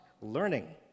learning